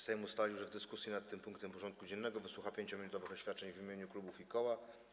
Sejm ustalił, że w dyskusji nad tym punktem porządku dziennego wysłucha 5-minutowych oświadczeń w imieniu klubów i koła.